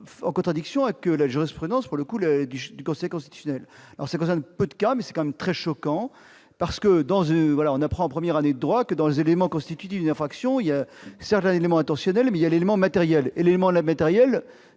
en contradiction avec la jurisprudence du Conseil constitutionnel. Cela concerne peu de cas, mais cette situation est tout de même très choquante : en effet, on apprend en première année de droit que, parmi les éléments constitutifs d'une infraction, il y a certes l'élément intentionnel, mais également l'élément matériel. L'élément matériel,